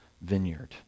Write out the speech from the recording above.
vineyard